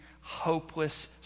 hopeless